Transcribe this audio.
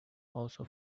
also